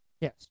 Yes